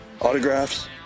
Autographs